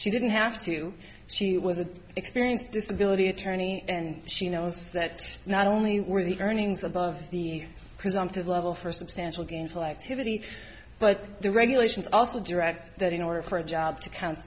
she didn't have to she was an experienced disability attorney and she knows that not only were the earnings above the presumptive level for substantial gains collectivity but the regulations also direct that in order for a job to count